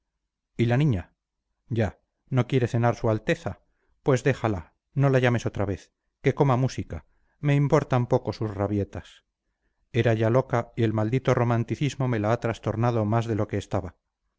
y la niña ya no quiere cenar su alteza pues déjala no la llames otra vez que coma música me importan poco sus rabietas era ya loca y el maldito romanticismo me la ha trastornado más de lo que estaba